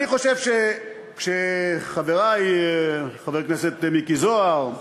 אני חושב שכשחברי, חבר הכנסת מיקי זוהר,